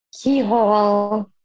keyhole